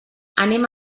anem